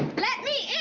let me